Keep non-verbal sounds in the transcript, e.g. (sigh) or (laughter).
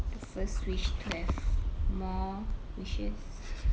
the first wish to have more wishes (noise)